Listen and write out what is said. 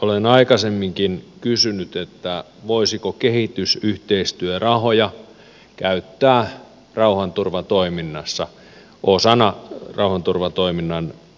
olen aikaisemminkin kysynyt voisiko kehitysyhteistyörahoja käyttää rauhanturvatoiminnassa osana rauhanturvatoiminnan rahoitusta